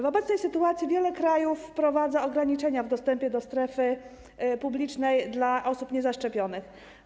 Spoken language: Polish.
W obecnej sytuacji wiele krajów wprowadza ograniczenia w dostępie do strefy publicznej dla osób niezaszczepionych.